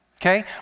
okay